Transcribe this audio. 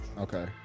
Okay